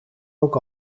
ook